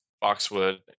boxwood